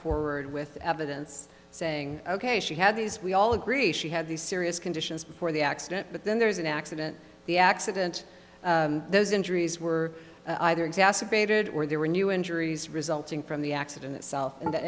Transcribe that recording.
forward with evidence saying ok she had this we all agree she had these serious conditions before the accident but then there was an accident the accident those injuries were either exacerbated or there were new injuries resulting from the accident itself and that